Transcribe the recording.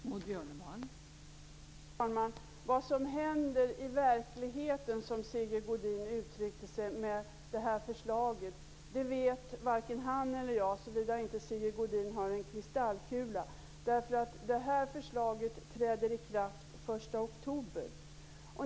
Fru talman! Vad som händer i verkligheten med förslaget, som Sigge Godin uttryckte det, vet varken han eller jag, såvida Sigge Godin inte har en kristallkula. Förslaget träder i kraft den 1 oktober.